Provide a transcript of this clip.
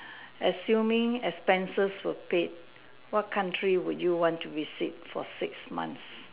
assuming expenses were paid what country would you want to visit for six months